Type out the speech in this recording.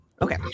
Okay